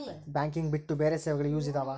Banking ಬಿಟ್ಟು ಬೇರೆ ಸೇವೆಗಳು ಯೂಸ್ ಇದಾವ?